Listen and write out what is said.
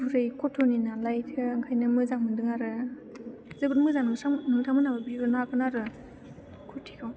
गुरै कटननि नालायथो ओंखायनो मोजां मोनदों आरो जोबोद मोजां नोंथां मोनहाबो बिहरनो हागोन आरो कुरतिखौ